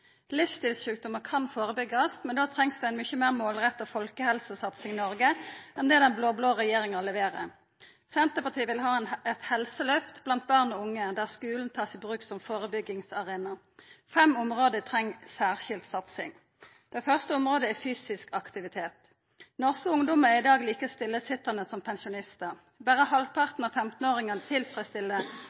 Livsstilssjukdommar kan førebyggjast, men då trengst det ei mykje meir målretta folkehelsesatsing i Noreg enn det den blå-blå regjeringa leverer. Senterpartiet vil ha eit helseløft blant barn og unge, der ein tar skulen i bruk som førebyggingsarena. Fem område treng særskilt satsing. Det første området er fysisk aktivitet. Norske ungdommar er i dag like stillesitjande som pensjonistar. Berre halvparten av